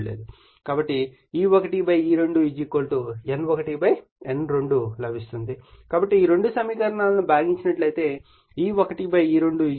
కాబట్టి E1 E2 N1N2 లభిస్తుంది కాబట్టి ఈ రెండు సమీకరణాలను భాగించినట్లయితే E1 E2 N1 N2 లభిస్తుంది